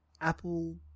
Apple